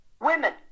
Women